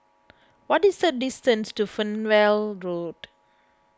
what is the distance to Fernvale Road